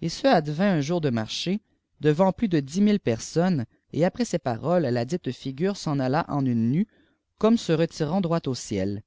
et ce advint un jour de marché devant plus de dix mille personnes et après ces paroles ladite figure s'en alla en une nue comme se retirant droit au ciel